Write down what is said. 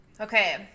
Okay